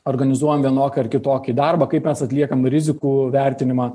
organizuojam vienokį ar kitokį darbą kaip mes atliekam rizikų vertinimą